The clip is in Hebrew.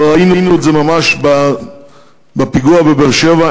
ראינו את זה ממש בפיגוע בבאר-שבע,